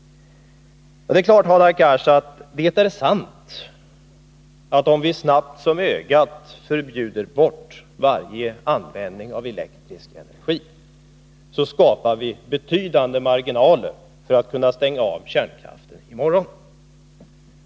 Det är, Hadar Cars, naturligtvis sant att om vi snabbt som ögat förbjuder varje användning av elektrisk energi, skapar vi betydande marginaler för att kunna stänga av kärnkraften i morgon.